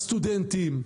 הסטודנטים,